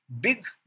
big